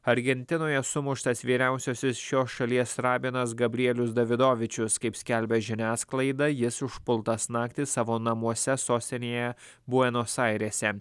argentinoje sumuštas vyriausiasis šios šalies rabinas gabrielius davidovičius kaip skelbia žiniasklaida jis užpultas naktį savo namuose sostinėje buenos airėse